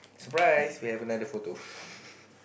surprise we have another photo